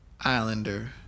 islander